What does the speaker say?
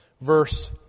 verse